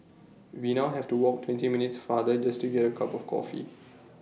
we now have to walk twenty minutes farther just to get A cup of coffee